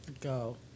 go